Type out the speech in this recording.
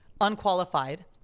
unqualified